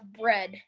bread